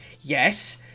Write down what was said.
yes